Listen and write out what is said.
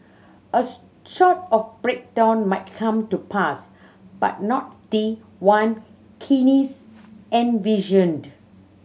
a sort of breakdown might come to pass but not the one Keynes envisioned